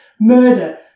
murder